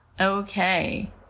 Okay